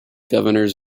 governors